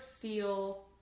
feel